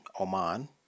Oman